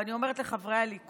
ואני אומרת לחברי הליכוד: